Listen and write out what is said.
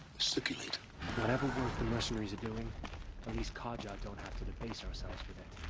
circulate whatever work the mercenaries are doing. at least carja don't have to debase ourselves with it.